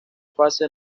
fase